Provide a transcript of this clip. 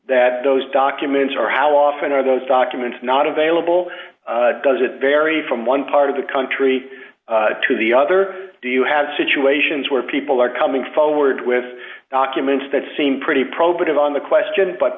that those documents are how often are those documents not available does it vary from one part of the country to the other do you have situations where people are coming forward with documents that seem pretty provocative on the question but